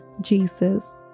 Jesus